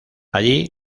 allí